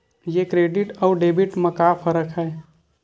ये क्रेडिट आऊ डेबिट मा का फरक है?